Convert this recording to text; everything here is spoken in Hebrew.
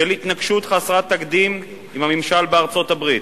של התנגשות חסרת תקדים עם הממשל בארצות-הברית,